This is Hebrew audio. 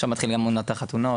עכשיו גם מתחילה עונת החתונות,